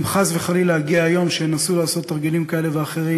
אם חס וחלילה יגיע יום שינסו לעשות תרגילים כאלה ואחרים,